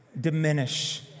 diminish